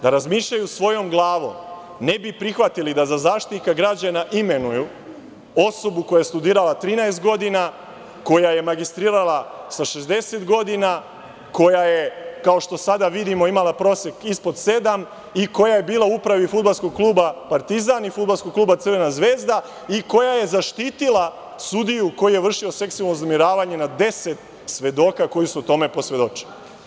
Da razmišljaju svojom glavom, ne bi prihvatili da za Zaštitnika građana imenuju osobu koja je studirala 13 godina, koja je magistrirala sa 60 godina, koja je, kao što sada vidimo, imala prosek ispod 7 i koja je bila u upravi Fudbalskog kluba Partizan i Fudbalskog kluba Crvena zvezda i koja je zaštitila sudiju koji je vršio seksualno uznemiravanje nad 10 svedoka koji su tome posvedočili.